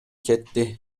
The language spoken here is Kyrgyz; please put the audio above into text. кетти